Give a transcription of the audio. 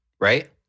right